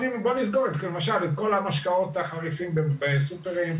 נסגור למשל את כל המשקאות החריפים בסופרים,